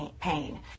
pain